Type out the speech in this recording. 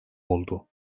oldu